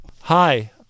Hi